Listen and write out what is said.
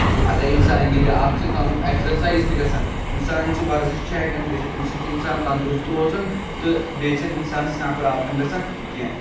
اَگر انسان گِندِ اکھ چھِ تٔمۍ اٮ۪کزرسایز تہِ گژھان اِنسان چھُ ورزِش چھُ ہٮ۪کان گٔژھِتھ امہِ سۭتۍ چھُ اِنسان تَندرُست روزان تہٕ بیٚیہِ چھنہٕ اِنسانَس کانہہ پرابلِم گژھان کیٚنٛہہ